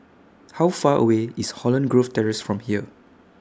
How Far away IS Holland Grove Terrace from here